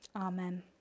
Amen